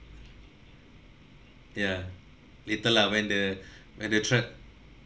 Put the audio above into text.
ya later lah when the when the tra~